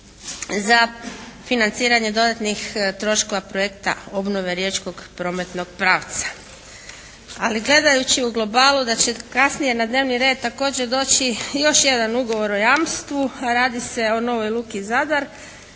za financiranje dodatnih troškova projekta obnove riječkog prometnog pravca. Ali gledajući u globalu da će kasnije na dnevni red također doći još jedan ugovor o jamstvu, radi se o novoj luci Zadar,